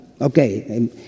Okay